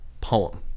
poem